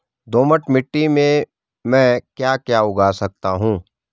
दोमट मिट्टी में म ैं क्या क्या उगा सकता हूँ?